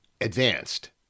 advanced